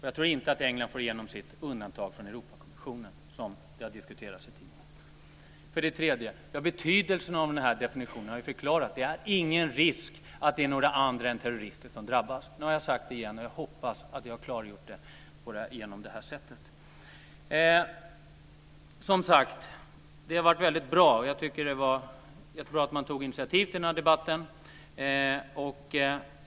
Jag tror inte att England får igenom sitt undantag från Europakonventionen, som har diskuterats i tidningen. Jag har förklarat betydelsen av den här definitionen. Det är ingen risk att det är några andra än terrorister som drabbas. Nu har jag sagt detta igen, och jag hoppas att jag har klargjort det på det här sättet. Jag tycker att det var bra att man tog initiativ till den här debatten.